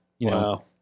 Wow